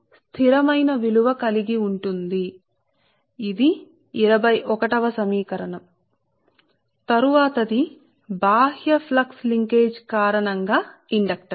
కాబట్టి అది కరెంట్ ని తీసుకొని వెళ్లే కండక్టర్ యొక్క అంతర్గత ఇండక్టెన్స్సరే తరువాత ది బాహ్య ఫ్లక్స్ లింకేజీ కారణంగా ఇండక్టెన్స్